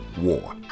War